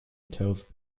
tells